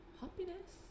happiness